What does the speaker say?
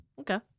Okay